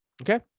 Okay